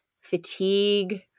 fatigue